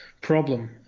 problem